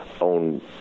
on